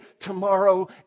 tomorrow